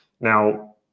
Now